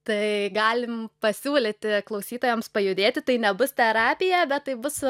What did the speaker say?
tai galim pasiūlyti klausytojams pajudėti tai nebus terapija bet tai bus